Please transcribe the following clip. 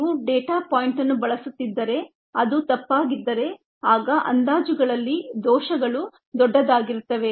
ನೀವು data point ಅನ್ನು ಬಳಸುತ್ತಿದ್ದರೆ ಅದು ತಪ್ಪಾಗಿದ್ದರೆ ಆಗ ಅಂದಾಜುಗಳಲ್ಲಿ ದೋಷಗಳು ದೊಡ್ಡದಾಗಿರುತ್ತವೆ